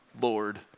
Lord